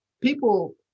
people